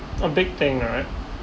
a big thing right